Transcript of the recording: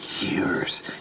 years